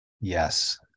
Yes